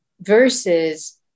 Versus